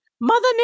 Mother